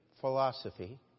philosophy